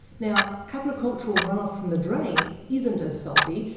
now, agricultural runoff from the drain isn't as salty,